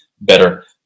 better